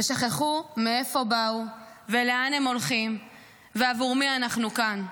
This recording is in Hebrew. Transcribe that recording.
ושכחו מאיפה באו ולאן הם הולכים ועבור מי אנחנו כאן.